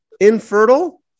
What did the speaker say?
infertile